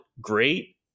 great